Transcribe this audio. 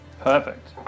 Perfect